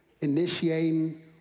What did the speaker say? initiating